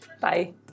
bye